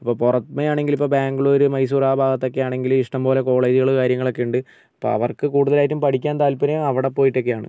ഇപ്പോൾ പുറമേ ആണെങ്കിൽ ബാംഗ്ലൂര് മൈസൂരു ആ ഭാഗത്തൊക്കെയാണെങ്കിൽ ഇഷ്ടംപോലെ കോളേജുകൾ കാര്യങ്ങളൊക്കെ ഉണ്ട് അപ്പം അവർക്ക് കൂടുതലായിട്ടും പഠിക്കാൻ താല്പര്യം അവിടെ പോയിട്ടൊക്കെയാണ്